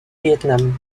vietnam